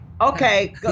Okay